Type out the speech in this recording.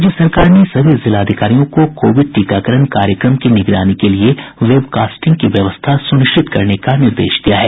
राज्य सरकार ने सभी जिलाधिकारियों को कोविड टीकाकरण कार्यक्रम की निगरानी के लिए वेबकॉस्टिंग की व्यवस्था सुनिश्चित करने का निर्देश दिया है